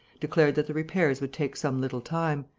declared that the repairs would take some little time,